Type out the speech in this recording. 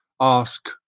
ask